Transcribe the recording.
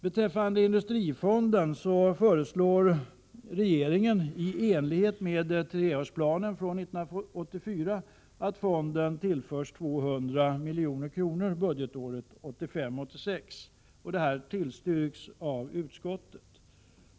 Beträffande Industrifonden är att säga att regeringen i enlighet med treårsplanen från 1984 föreslår att fonden tillförs 200 milj.kr. budgetåret 1985/86, vilket också tillstyrks av utskottsmajoriteten.